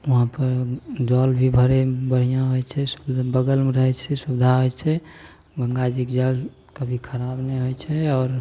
वहाँपर जल भी भरयमे बढ़िआँ होइ छै बगलमे रहय छै सुविधा होइ छै गंगाजीके जल कभी खराब नहि होइ छै आओर